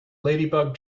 ladybug